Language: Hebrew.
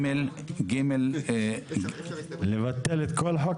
את כל חוק